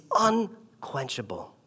unquenchable